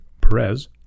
Perez